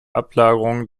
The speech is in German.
ablagerungen